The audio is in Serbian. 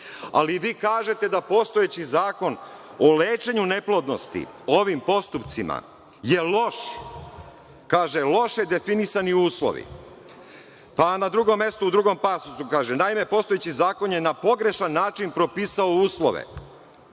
Ali, vi kažete da postojeći Zakon o lečenju neplodnosti ovim postupcima je loš, kaže – loše definisani uslovi, pa onda na drugom mestu, na drugom pasusu kaže – naime, postojeći zakon je na pogrešan način propisao uslove